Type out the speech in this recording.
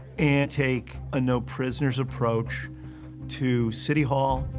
and take a no-prisoners approach to city hall,